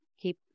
keep